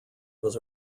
was